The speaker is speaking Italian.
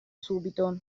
subito